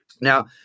Now